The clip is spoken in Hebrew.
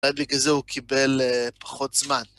בגלל זה הוא קיבל פחות זמן.